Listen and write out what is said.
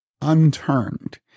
unturned